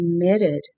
committed